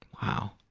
wow.